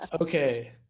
okay